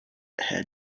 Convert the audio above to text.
head